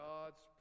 God's